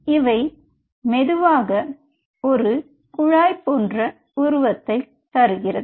இவை மெதுவாக ஒரு குழாய் போன்ற உருவத்தை தருகிறது